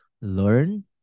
learn